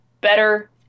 better